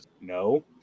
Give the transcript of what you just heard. no